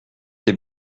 des